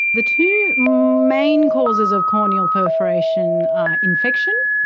the two main causes of corneal perforation are infection,